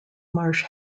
marsh